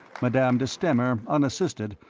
madame de stamer, unassisted,